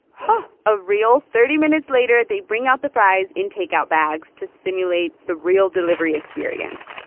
hot a real thirty minutes later, they bring out the fries in takeout bags to simulate the real delivery experience